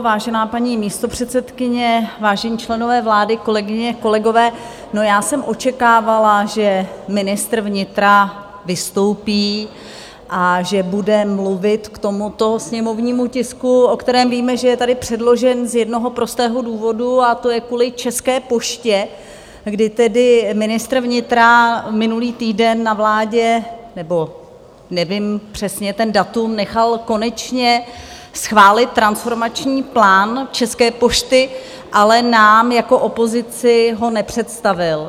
Vážená paní místopředsedkyně, vážení členové vlády, kolegyně, kolegové, já jsem očekávala, že ministr vnitra vystoupí a že bude mluvit k tomuto sněmovnímu tisku, o kterém víme, že je sem předložen z jednoho prostého důvodu, a to je kvůli České poště, kdy tedy ministr vnitra minulý týden na vládě, nebo nevím přesně to datum, nechal konečně schválit transformační plán České pošty, ale nám jako opozici ho nepředstavil.